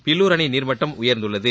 பில்லூர் அணையின் நீர்மட்டம் உயர்ந்துள்ளது